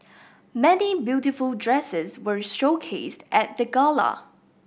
many beautiful dresses were showcased at the gala